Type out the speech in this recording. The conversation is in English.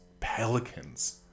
Pelicans